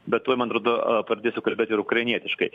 bet tuoj man atrodo a pradėsiu kalbėti ir ukrainietiškai